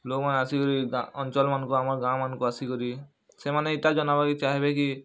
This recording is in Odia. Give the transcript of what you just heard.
ଲୋକ୍ମାନେ ଆସିକରି ଗାଁ ଅଞ୍ଚଳମାନ୍ଙ୍କୁ ଆମର୍ ଗାଁମାନ୍ଙ୍କୁ ଆସିକରି ସେମାନେ ଇଟା ଜନାବାକେ ଚାହେଁବେକି